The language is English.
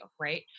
right